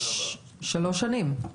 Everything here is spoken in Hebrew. שלוש שנים.